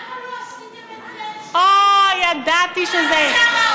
למה לא עשיתם את זה כשהייתם גם שר האוצר וגם שר הרווחה?